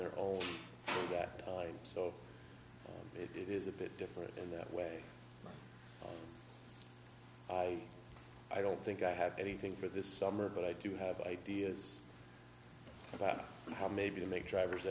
their own that time so it is a bit different in that way i don't think i have anything for this summer but i do have ideas about how maybe to make drivers